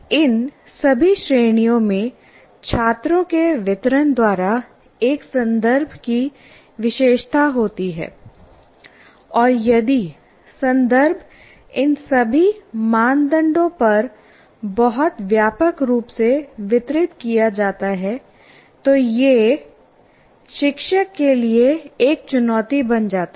इन सभी श्रेणियों में छात्रों के वितरण द्वारा एक संदर्भ की विशेषता होती है और यदि संदर्भ इन सभी मापदंडों पर बहुत व्यापक रूप से वितरित किया जाता है तो यह शिक्षक के लिए एक चुनौती बन जाता है